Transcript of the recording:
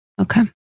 Okay